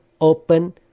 open